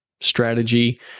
strategy